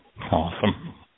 Awesome